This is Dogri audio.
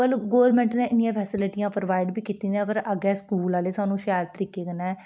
तुहानू गौरमेंट नै इन्नियां फेस्लिटियां प्रोवाइड बी कीती दियां पर अग्गें स्कूल आह्ले सानू शैल तरीकै कन्नै